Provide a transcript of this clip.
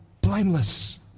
blameless